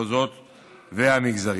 המחוזות והמגזרים.